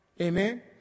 Amen